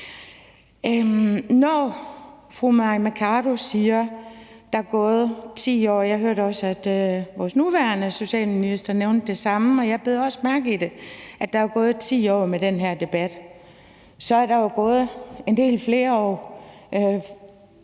jeg bed også mærke i, at der er gået 10 år med den her debat, og så er der gået en del flere år.